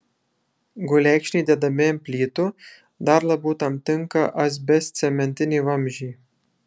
gulekšniai dedami ant plytų dar labiau tam tinka asbestcementiniai vamzdžiai